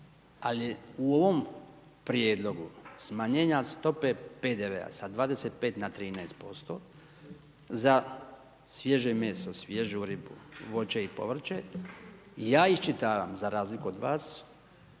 Ali u ovom prijedlogu smanjenja stope PDV-a sa 25 na 13% za svježe meso, svježu ribu, voće i povrće, ja iščitavam, za razliku od vas